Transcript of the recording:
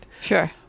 Sure